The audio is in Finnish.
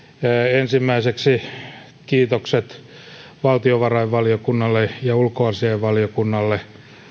ensimmäiseksi kiitokset valtiovarainvaliokunnalle ja ulkoasiainvaliokunnalle